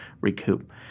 recoup